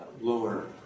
lower